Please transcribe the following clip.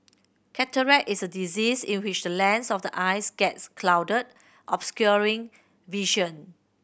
cataract is a disease in which the lens of the eyes gets clouded obscuring vision